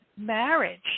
marriage